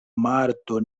marto